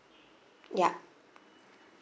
yup